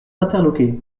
interloqué